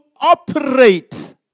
operate